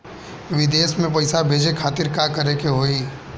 विदेश मे पैसा भेजे खातिर का करे के होयी?